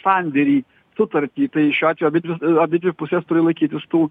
sandėrį sutartį tai šiuo atveju abidvi abidvi pusės turi laikytis tų